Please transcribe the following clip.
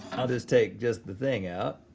i'll just take just the thing out.